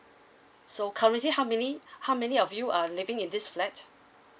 so currently how many how many of you are living in this flat